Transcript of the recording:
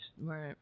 right